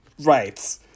Right